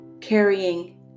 carrying